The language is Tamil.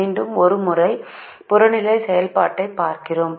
மீண்டும் ஒரு முறை புறநிலை செயல்பாட்டை பார்கிறோம்